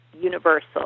universal